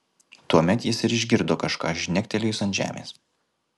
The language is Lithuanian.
tuomet jis ir išgirdo kažką žnektelėjus ant žemės